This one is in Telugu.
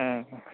ఆహా